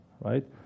right